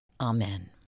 Amen